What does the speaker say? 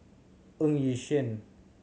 Ng Yi Sheng